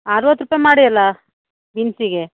ಅರ್ವತ್ತು ರೂಪಾಯಿ ಮಾಡಿ ಅಲ್ಲ ಬೀನ್ಸಿಗೆ